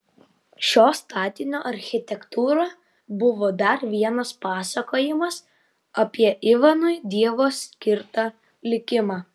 šio statinio architektūra buvo dar vienas pasakojimas apie ivanui dievo skirtą likimą